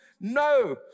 no